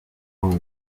auf